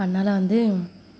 அதனால் வந்து